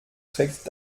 trägt